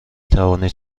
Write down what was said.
توانید